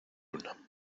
una